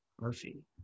Murphy